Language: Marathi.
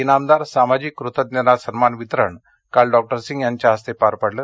इनामदार सामाजिक कृतज्ञता सन्मान वितरण काल डॉ राजेंद्र सिंह यांच्या हस्ते पार पडलं